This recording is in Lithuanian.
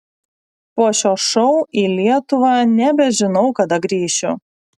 po šio šou į lietuvą nebežinau kada grįšiu